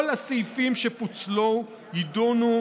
כל הסעיפים שפוצלו יידונו